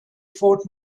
fort